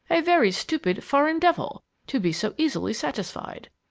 a very stupid foreign devil to be so easily satisfied!